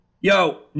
Yo